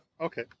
Okay